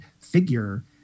figure